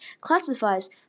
classifies